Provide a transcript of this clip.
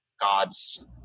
God's